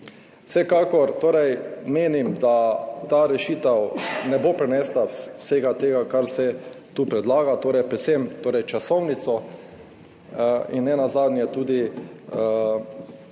Vsekakor torej menim, da ta rešitev ne bo prinesla vsega tega, kar se tu predlaga, torej predvsem časovnico in nenazadnje tudi vseh